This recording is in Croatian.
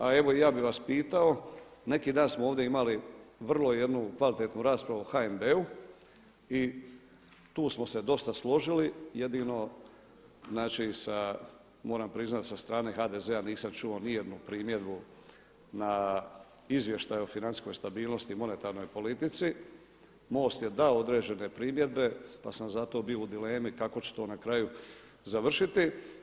Pa evo i ja bih vas pitao, neki dan smo ovdje imali vrlo jednu kvalitetnu raspravu o HNB-u i tu smo se dosta složili, jedino znači moram priznati sa strane HDZ-a nisam čuo nijednu primjedbu na izvještaj o financijskoj stabilnosti i monetarnoj politici, MOST je dao određene primjedbe pa sam zato bio u dilemi kako će to na kraju završiti.